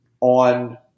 on